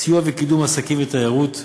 סיוע וקידום עסקים ותיירות,